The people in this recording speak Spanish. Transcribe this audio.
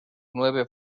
nueve